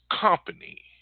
company